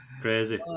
Crazy